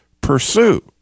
pursue